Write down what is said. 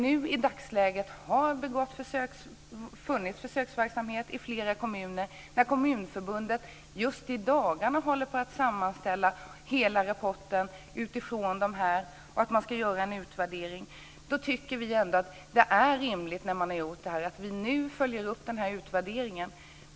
Nu har försöksverksamhet bedrivits i flera kommuner, Kommunförbundet håller just i dagarna på att sammanställa hela rapporten utifrån de erfarenheterna och man ska göra en utvärdering. Då tycker vi att det ändå är rimligt att vi följer upp den utvärderingen.